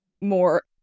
more